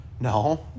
No